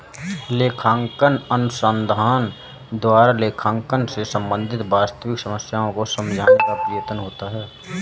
लेखांकन अनुसंधान द्वारा लेखांकन से संबंधित वास्तविक समस्याओं को समझाने का प्रयत्न होता है